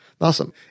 Awesome